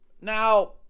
Now